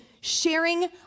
sharing